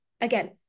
Again